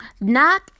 Knock